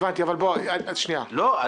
הבנתי אבל שנייה --- לא,